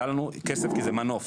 עלה לנו כסף כי זה מנוף,